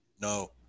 No